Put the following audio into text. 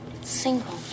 single